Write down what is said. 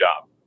job